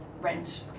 rent